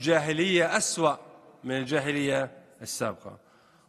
החברות למשרד הדיגיטל שהוא עמד בראשותו